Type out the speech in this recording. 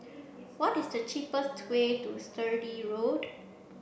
what is the cheapest way to Sturdee Road